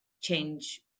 change